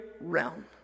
realm